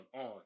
on